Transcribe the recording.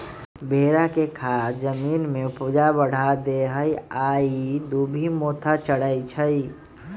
भेड़ा के खाद जमीन के ऊपजा बढ़ा देहइ आ इ दुभि मोथा चरै छइ